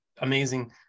amazing